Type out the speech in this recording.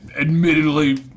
admittedly